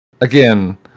again